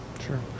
sure